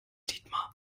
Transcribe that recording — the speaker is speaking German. dietmar